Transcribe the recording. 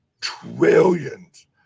trillions